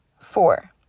Four